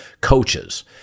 coaches